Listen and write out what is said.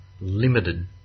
limited